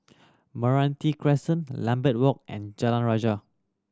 Meranti Crescent Lambeth Walk and Jalan Rajah